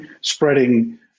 spreading